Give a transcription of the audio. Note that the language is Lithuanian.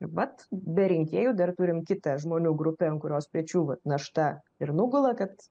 vat be rinkėjų dar turim kitą žmonių grupę ant kurios pečių vat našta ir nugula kad